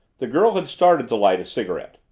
the girl had started to light a cigarette.